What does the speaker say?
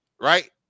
right